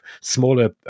smaller